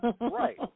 Right